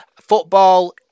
football